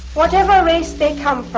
whatever race they come from,